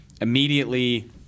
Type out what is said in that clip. immediately